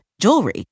jewelry